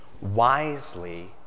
wisely